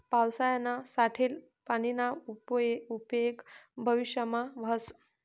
पावसायानं साठेल पानीना उपेग भविष्यमा व्हस